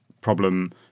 problem